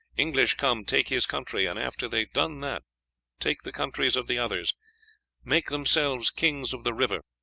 english come take his country, and after they done that take the countries of the others make themselves kings of the river.